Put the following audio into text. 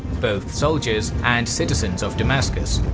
both soldiers and citizens of damascus,